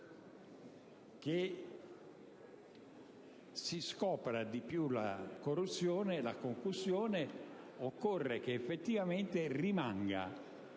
che si scoprano di più la corruzione e la concussione, occorre che effettivamente il